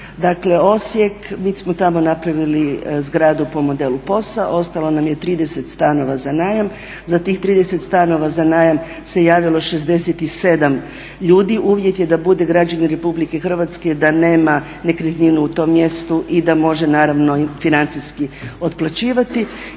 Dakle Osijek mi smo tamo napravili zgradu po modelu POS-a, ostalo nam je 30 stanova za najam, za tih 30 stanova za najam se javilo 67 ljudi, uvjet je da budu građani RH da nema nekretninu u tom mjestu i da može financijski otplaćivati.